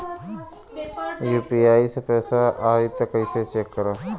UPI से पैसा आई त कइसे चेक करब?